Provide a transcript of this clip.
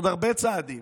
ויש עוד הרבה צעדים,